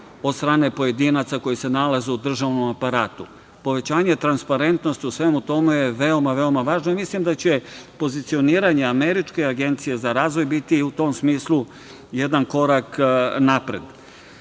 od strane pojedinaca koji se nalaze u državnom aparatu. Povećanje transparentnosti u svemu tome je veoma, veoma važna i mislim da će pozicioniranje Američke agencije za razvoj biti u tom smislu jedan korak napred.